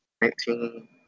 Nineteen